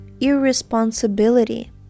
irresponsibility